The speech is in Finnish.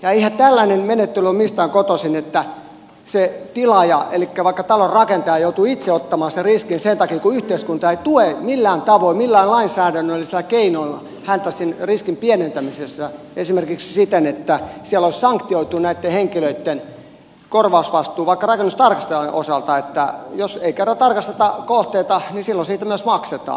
eihän tällainen menettely ole mistään kotoisin että se tilaaja vaikka talon rakentaja joutuu itse ottaman sen riskin sen takia että yhteiskunta ei tue häntä millään tavoin millään lainsäädännöllisillä keinoilla sen riskin pienentämisessä esimerkiksi siten että siellä olisi sanktioitu näitten henkilöitten korvausvastuu vaikka rakennustarkastajan osalta että jos ei kerran tarkasteta kohteita niin silloin siitä myös maksetaan